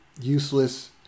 useless